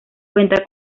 cuenta